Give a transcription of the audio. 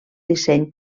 disseny